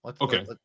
Okay